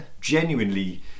genuinely